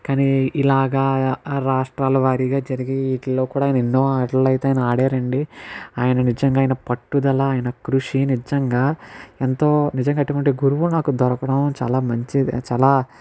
కానీ ఇలాగ రాష్ట్రాలవారీగా జరిగే వీటిల్లో కూడా ఎన్నో ఆటలను అయితే ఆయన ఆడారండి ఆయన నిజంగా ఆయన పట్టుదల ఆయన కృషి నిజంగా ఎంతో నిజంగా అటువంటి గురువు నాకు దొరకడం చాలా మంచిది చాలా